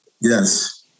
yes